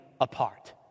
apart